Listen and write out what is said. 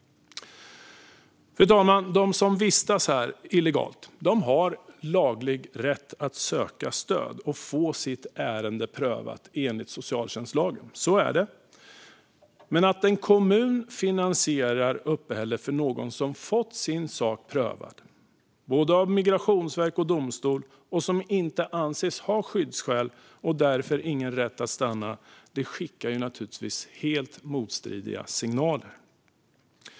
Fru talman! De som vistas här illegalt har laglig rätt att söka stöd och få sitt ärende prövat enligt socialtjänstlagen. Men att en kommun finansierar uppehället för någon som fått sin sak prövad, både av migrationsverk och av domstol, och inte anses ha skyddsskäl och därför ingen rätt att stanna skickar naturligtvis helt motstridiga signaler.